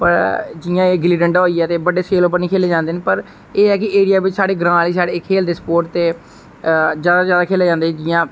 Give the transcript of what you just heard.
पर जियां एह् गिल्ली डंडा होई गेआ ते बडे़ स्केल उप्पर नेईं खैले जंदे पर एह् है कि ऐरिया बिच साढ़े ग्रां आहली साइड एह् खेलदे ना स्पोर्ट ते ज्यादा तो ज्यादा खेलया जंदा ऐ जियां